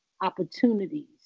opportunities